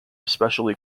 especially